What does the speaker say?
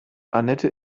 anette